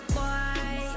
Boy